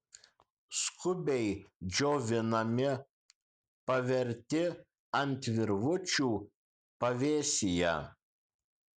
skubiai džiovinami paverti ant virvučių pavėsyje